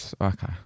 okay